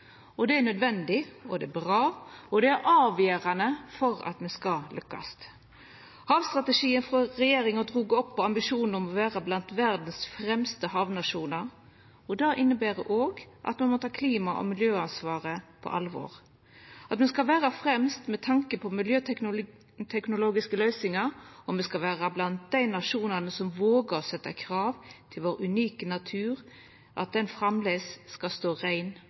sektoren. Det er nødvendig, det er bra, og det er avgjerande for at me skal lukkast. Havstrategien frå regjeringa drog opp ambisjonen om å vera blant verdas fremste havnasjonar, og det inneber òg at me må ta klima og miljøansvaret på alvor – at me skal vera fremst med tanke på miljøteknologiske løysingar, og at me skal vera blant dei nasjonane som vågar å setja krav om at vår unike natur framleis skal stå rein